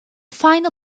final